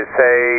say